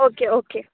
okay okay